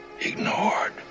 ignored